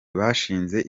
bashinze